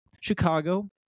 Chicago